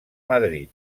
madrid